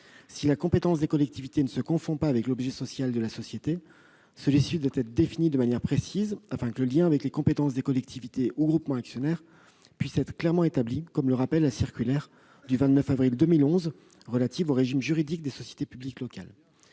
Si la compétence des collectivités territoriales ne se confond pas avec l'objet social de la société, celui-ci doit être défini de manière précise, afin que le lien avec les compétences des collectivités ou groupements actionnaires puisse être clairement établi, comme le rappelle la circulaire du 29 avril 2011 relative au régime juridique des sociétés publiques locales.